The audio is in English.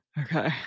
Okay